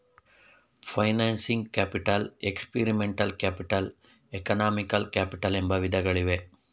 financing capital, experimental capital, economical capital ಎಂಬ ವಿಧಗಳಿವೆ